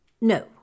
No